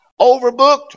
Overbooked